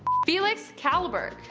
felix kellburg.